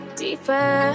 deeper